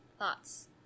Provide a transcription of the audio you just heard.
Thoughts